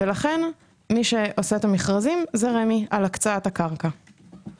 ולכן מי שעושה את המכרזים על הקצאת הקרקע זה רמ"י.